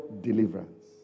deliverance